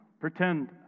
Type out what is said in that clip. Pretend